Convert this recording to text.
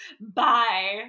bye